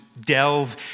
delve